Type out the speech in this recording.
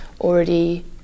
already